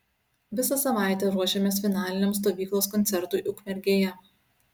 visą savaitę ruošėmės finaliniam stovyklos koncertui ukmergėje